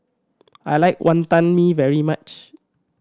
I like Wonton Mee very much